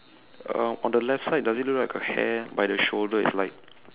um on the left side does it look like her hair by the shoulder is like